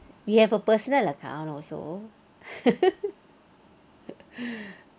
we have a personal account also